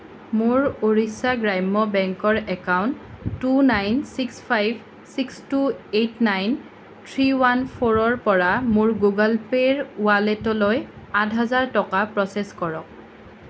মোৰ উৰিষ্যা গ্ৰাম্য বেংকৰ account two nine six five six two eight nine three one ফ'ৰৰ পৰা মোৰ গুগল পে'ৰ ৱালেটলৈ আঠ হাজাৰ টকা প্ৰচেছ কৰক